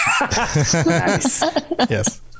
Yes